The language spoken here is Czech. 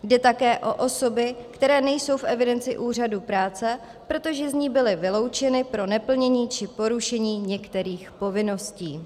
Jde také o osoby, které nejsou v evidenci úřadu práce, protože z ní byly vyloučeny pro neplnění či porušení některých povinností.